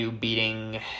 beating